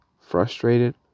frustrated